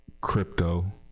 crypto